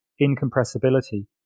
incompressibility